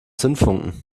zündfunken